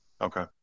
okay